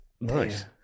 Nice